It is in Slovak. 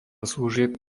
služieb